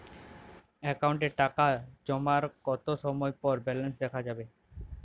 অ্যাকাউন্টে টাকা জমার কতো সময় পর ব্যালেন্স দেখা যাবে?